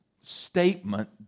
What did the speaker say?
statement